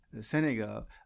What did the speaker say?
Senegal